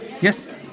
Yes